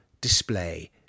display